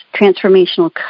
transformational